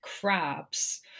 crabs